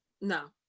no